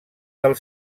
del